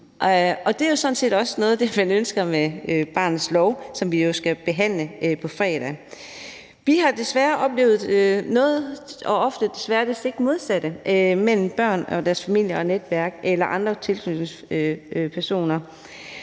set også noget af det, man ønsker med barnets lov, som vi skal behandle på fredag. Vi har desværre ofte oplevet noget af det stik modsatte mellem børn og deres familier og netværk eller andre tilknytningspersoner,